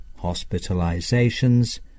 hospitalizations